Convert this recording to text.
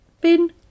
Bin